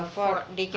afford ah